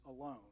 alone